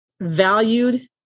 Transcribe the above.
valued